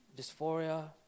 dysphoria